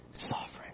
sovereign